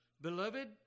Beloved